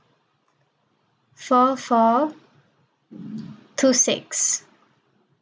four four two six